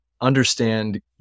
understand